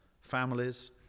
families